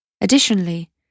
Additionally